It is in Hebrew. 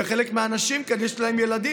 ולחלק מהאנשים כאן יש ילדים,